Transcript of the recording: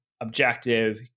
objective